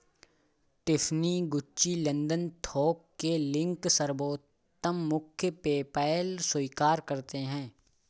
Tiffany, Gucci, London थोक के link, सर्वोत्तम मूल्य, पेपैल स्वीकार करते है